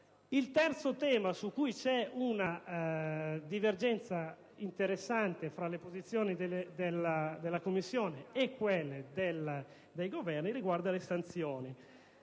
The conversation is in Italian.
Ilterzo tema su cui vi è una divergenza interessante tra le posizioni della Commissione e quelle dei Governi riguarda le sanzioni,